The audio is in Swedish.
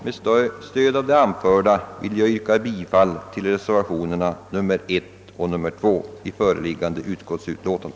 Med stöd av det anförda vill jag yrka bifall till reservationerna 1 och 2 i föreliggande utskottsutlåtande.